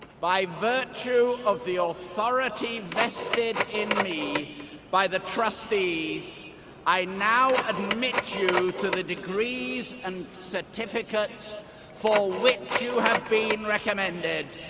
by virtue of the authority vested in me by the trustees i now admit you to the degrees and certificates for which you have been recommended.